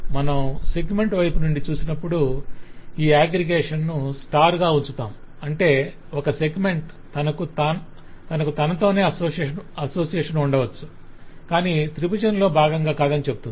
మనం సెగ్మెంట్ వైపు నుండి చూసినప్పుడు ఈ అగ్రిగేషన్ను స్టార్ గా ఉంచుతాం అంటే ఒక సెగ్మెంట్ తనకు తానతోనే అసోసియేషన్ ఉండవచ్చు కానీ త్రిభుజంలో భాగంగా కాదని చెబుతుంది